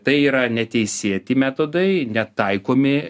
tai yra neteisėti metodai netaikomi